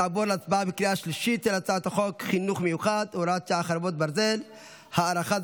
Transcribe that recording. נעבור להצבעה בקריאה השלישית על הצעת חוק חינוך מיוחד (הוראת שעה,